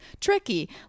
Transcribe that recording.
tricky